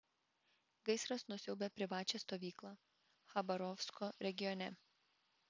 gaisras nusiaubė privačią stovyklą chabarovsko regione